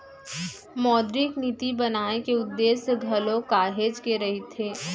मौद्रिक नीति बनाए के उद्देश्य घलोक काहेच के रहिथे